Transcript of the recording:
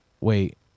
wait